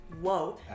Whoa